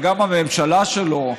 וגם הממשלה שלו,